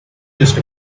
just